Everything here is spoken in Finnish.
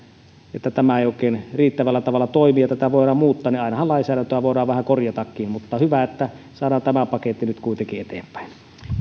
että tämä ei oikein riittävällä tavalla toimi ja tätä voidaan muuttaa niin ainahan lainsäädäntöä voidaan vähän korjatakin mutta hyvä että saadaan tämä paketti nyt kuitenkin eteenpäin